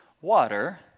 water